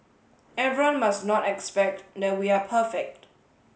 everyone must not expect that we are perfect